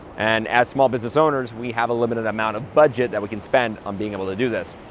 and as small business owners, we have a limited amount of budget that we can spend on being able to do this,